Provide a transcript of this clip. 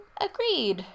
Agreed